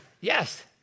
yes